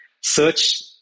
search